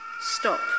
Stop